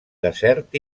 desert